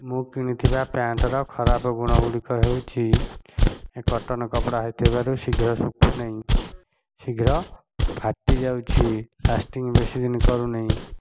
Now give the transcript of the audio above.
ମୁଁ କିଣୁଥିବା ପ୍ୟାଣ୍ଟର ଖରାପ ଗୁଣ ଗୁଡ଼ିକ ହେଉଛି ଏ କଟନ କପଡ଼ା ହୋଇଥିବାରୁ ଶୀଘ୍ର ଶୁଖୁନାହିଁ ଶୀଘ୍ର ଫାଟି ଯାଉଛି ଲାସ୍ଟିଂ ବେଶୀ ଦିନି କରୁ ନାହିଁ